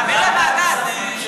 להעביר לוועדה, אדוני היושב-ראש.